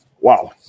Wow